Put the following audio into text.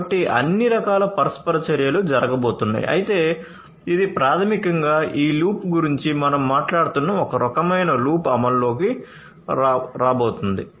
కాబట్టి అన్ని రకాల పరస్పర చర్యలు జరగబోతున్నాయి అయితే ఇది ప్రాథమికంగా ఈ లూప్ గురించి మనం మాట్లాడుతున్న రకమైన లూప్ అమలులోకి రాబోతోంది